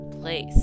place